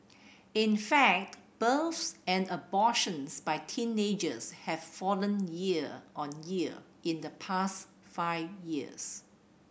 in fact births and abortions by teenagers have fallen year on year in the past five years